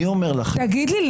תגיד לי,